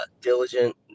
Diligent